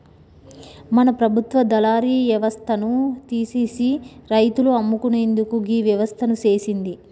మన ప్రభుత్వ దళారి యవస్థను తీసిసి రైతులు అమ్ముకునేందుకు గీ వ్యవస్థను సేసింది